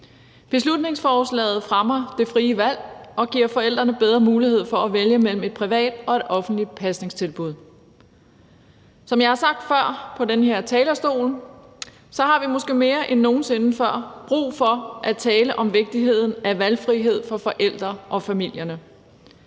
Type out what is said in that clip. Beslutningsforslaget fremmer det frie valg og giver forældrene bedre mulighed for at vælge mellem et privat og et offentligt pasningstilbud. Som jeg har sagt før på den her talerstol, så har vi måske mere end nogen sinde før brug for at tale om vigtigheden af valgfrihed for forældrene og familierne.